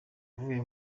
avuye